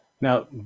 Now